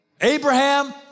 Abraham